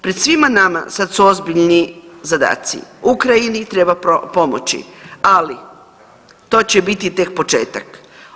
Pred svima nama sad su ozbiljni zadaci, Ukrajini treba pomoći, ali to će biti tek početak.